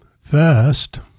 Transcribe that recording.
first